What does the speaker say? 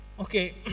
okay